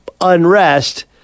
unrest